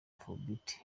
afrobeat